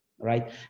right